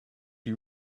you